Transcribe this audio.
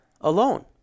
alone